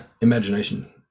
imagination